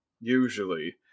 usually